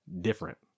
different